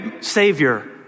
Savior